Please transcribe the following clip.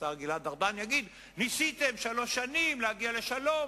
השר גלעד ארדן יגיד: ניסיתם שלוש שנים להגיע לשלום,